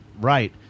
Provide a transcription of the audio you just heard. Right